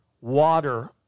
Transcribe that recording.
water